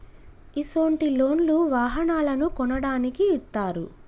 ఇసొంటి లోన్లు వాహనాలను కొనడానికి ఇత్తారు